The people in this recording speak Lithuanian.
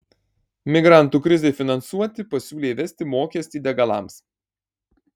migrantų krizei finansuoti pasiūlė įvesti mokestį degalams